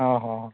ᱦᱮᱸ ᱦᱮᱸ